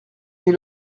les